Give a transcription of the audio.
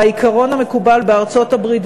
והעיקרון המקובל בארצות-הברית,